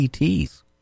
ETs